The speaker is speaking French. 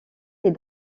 les